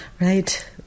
right